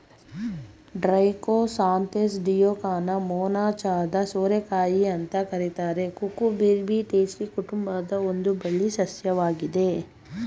Trichosanthes dioica ಮೊನಚಾದ ಸೋರೆಕಾಯಿ ಅಂತ ಕರೀತಾರೆ ಕುಕುರ್ಬಿಟೇಸಿ ಕುಟುಂಬದ ಒಂದು ಬಳ್ಳಿ ಸಸ್ಯವಾಗಿದೆ